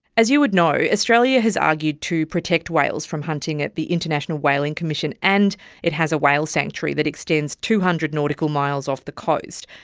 as you would know, australia has argued to protect whales from hunting at the international whaling commission, and it has a whale sanctuary that extends two hundred nautical miles off the coast.